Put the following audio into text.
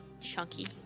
chunky